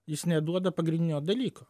jis neduoda pagrindinio dalyko